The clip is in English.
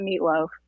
meatloaf